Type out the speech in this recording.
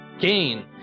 gain